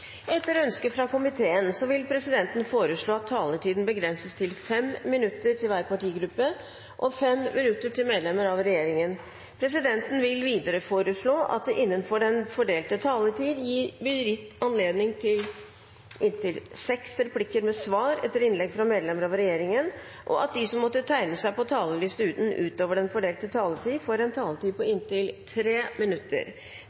Etter ønske fra energi- og miljøkomiteen vil presidenten foreslå at taletiden begrenses til 5 minutter til hver partigruppe og 5 minutter til medlemmer av regjeringen. Presidenten vil videre foreslå at det innenfor den fordelte taletid blir gitt anledning til inntil seks replikker med svar etter innlegg fra medlemmer av regjeringen, og at de som måtte tegne seg på talerlisten utover den fordelte taletid, får en taletid på